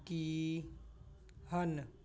ਕੀ ਹਨ